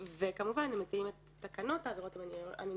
כמובן הם מציעים את תקנות העבירות המינהליות,